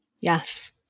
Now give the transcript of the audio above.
Yes